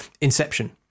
Inception